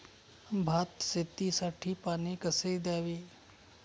भात शेतीसाठी पाणी कसे द्यावे?